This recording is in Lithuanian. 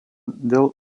dėl